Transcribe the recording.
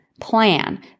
Plan